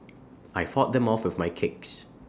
I fought them off with my kicks